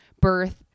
birth